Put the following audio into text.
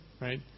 right